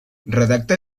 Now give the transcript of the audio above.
redacta